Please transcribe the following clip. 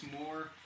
more